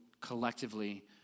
collectively